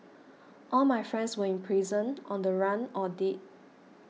all my friends were in prison on the run or dead